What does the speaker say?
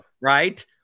right